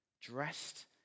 Dressed